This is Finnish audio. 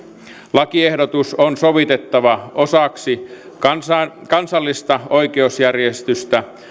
lakiehdotus on sovitettava osaksi kansallista kansallista oikeusjärjestystä